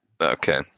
Okay